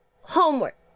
homework